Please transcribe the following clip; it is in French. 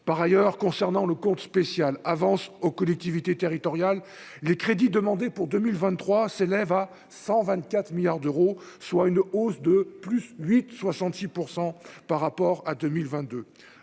par ailleurs, concernant le compte spécial avances aux collectivités territoriales les crédits demandés pour 2023 s'élève à 124 milliards d'euros, soit une hausse de plus 8 66 % par rapport à 2022